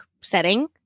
setting